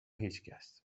هیچکس